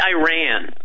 Iran